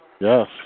Yes